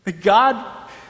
god